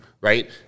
right